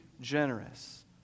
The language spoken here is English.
generous